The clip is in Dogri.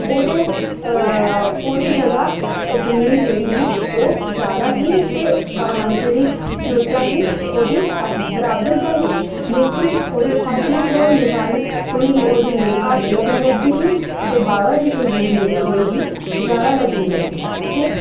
ओह्दे ओह्दी जगह् ज़मीन जेह्ड़ी ही ओह् जादै ही ते जेह्ड़ी जोजां ही ओह्दी घट्ट ही बराबर गै ऐ ही लेकिन ओह्दे सत्त पुत्तर होने दे कारण उ'नेंगी ओह् ज़मीन घट्ट लग्गा करदी ही ते बावा जित्तो दी ज़मीन उ'नेंगी जादै लग्गै करदी ही